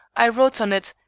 i wrote on it,